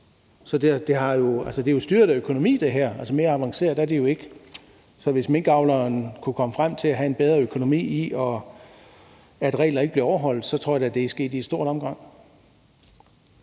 det her er jo styret af økonomi – mere avanceret er det ikke. Så hvis minkavleren kunne komme frem til at have en bedre økonomi i, at regler ikke bliver overholdt, så tror jeg da, det er sket i et stort omfang.